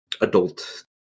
adult